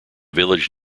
village